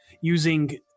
using